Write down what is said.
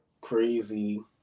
crazy